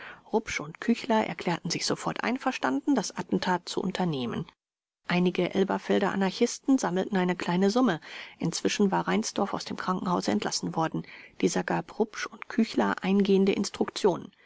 rupsch und küchler erklärten sich sofort einverstanden das attentat zu unternehmen einige elberfelder anarchisten sammelten eine kleine summe inzwischen war reinsdorf aus dem krankenhause entlassen worden dieser gab rupsch und küchler eingehende instruktionen